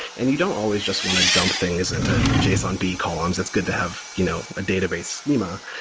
and you don't always just want to dump things into json b columns. it's good to have you know a database schema,